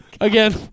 Again